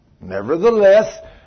Nevertheless